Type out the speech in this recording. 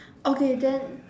okay then